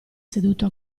seduto